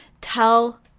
tell